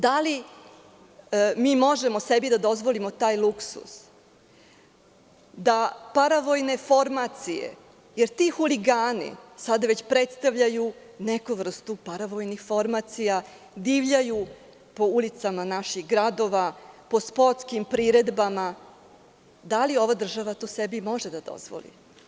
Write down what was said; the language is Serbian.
Da li možemo sebi da dozvolimo taj luksuz da paravojne formacije, da ti huligani sada već predstavljaju neku vrstu paravojnih formacija, divljaju po ulicama naših gradova, po sportskim priredbama, da li ova država to sebi da dozvoli?